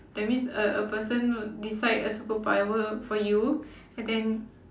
that means a a person will decide a superpower for you and then